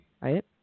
right